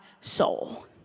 soul